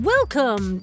Welcome